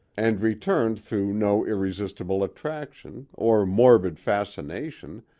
and returned through no irresistible attraction, or morbid fascination,